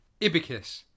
Ibicus